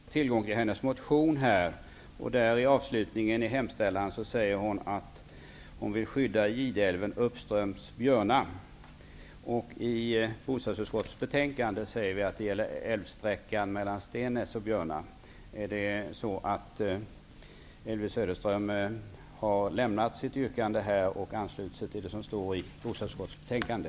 Herr talman! Jag vill fråga Elvy Söderström om en sak. Jag har tillgång till hennes motion, och i slutet på hemställan där skriver hon att hon vill skydda Gideälven, uppströms Björna. I bostadsutskottets betänkande skriver vi att det gäller älvsträckan mellan Stennäs och Björna. Har Elvy Söderström lämnat sitt yrkande och anslutit sig till det som står i bostadsutskottets betänkande?